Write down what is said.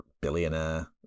billionaire